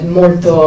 molto